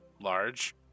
large